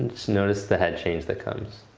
just notice the head change that comes.